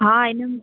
हा हिनमें